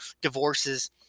divorces